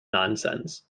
nonsense